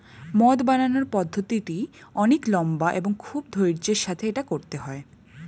মদ বানানোর পদ্ধতিটি অনেক লম্বা এবং খুব ধৈর্য্যের সাথে এটা করতে হয়